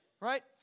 right